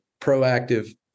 proactive